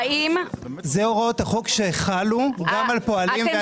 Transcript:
אלה הוראות החוק שחלו גם על פועלים ועל לאומי.